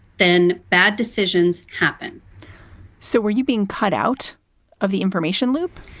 then bad decisions happen so were you being cut out of the information loop?